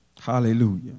Hallelujah